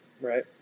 right